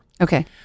Okay